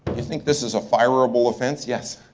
you think this is a fire-able offense? yes.